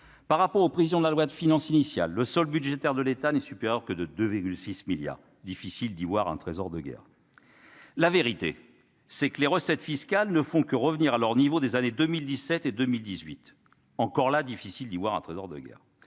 par rapport aux prévisions de la loi de finances initiale, le solde budgétaire de l'État n'est supérieur que de 2 6 milliards, difficile d'y voir un trésor de guerre, la vérité, c'est que les recettes fiscales ne font que revenir à leur niveau des années 2017 et 2018 encore là, difficile d'y voir un trésor de guerre